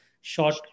short